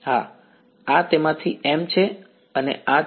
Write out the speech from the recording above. હા આ તેમાંથી m છે અને આ છે